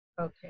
Okay